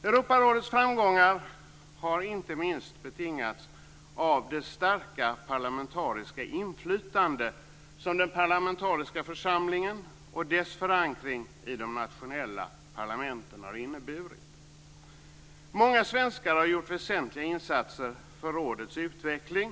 Europarådets framgångar har inte minst betingats av det starka parlamentariska inflytande som den parlamentariska församlingen och dess förankring i de nationella parlamenten har inneburit. Många svenskar har gjort väsentliga insatser för rådets utveckling.